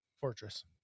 Fortress